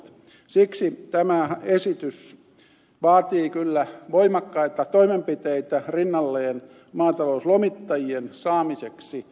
siksi tämä esitys vaatii kyllä voimakkaita toimenpiteitä rinnalleen maatalouslomittajien saamiseksi töihin